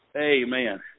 Amen